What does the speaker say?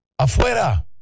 Afuera